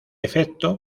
efecto